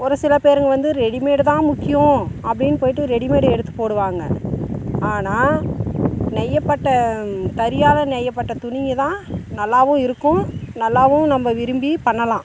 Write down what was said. ஒரு சில பேருங்க வந்து ரெடிமேடு தான் முக்கியம் அப்படின்னு போய்விட்டு ரெடிமேடு எடுத்து போடுவாங்க ஆனால் நெய்யப்பட்ட தரியால் நெய்யப்பட்ட துணியை தான் நல்லாவும் இருக்கும் நல்லாவும் நம்ம விரும்பி பண்ணலாம்